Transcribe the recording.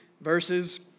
verses